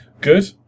Good